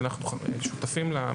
שאנחנו שותפים לה.